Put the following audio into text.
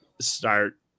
start